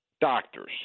Doctors